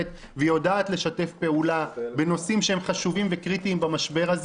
ויודעת לשתף פעולה בנושאים חשובים וקריטיים במשבר,